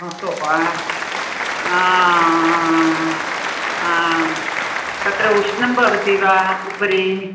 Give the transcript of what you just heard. अस्तु वा आं तत्र उष्णं भवति वा उपरि